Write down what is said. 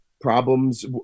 problems